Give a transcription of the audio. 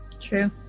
True